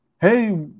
Hey